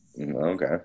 Okay